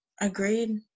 agreed